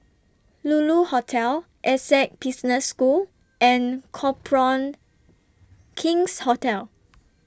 Lulu Hotel Essec Business School and Copthorne King's Hotel